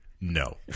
No